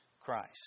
Christ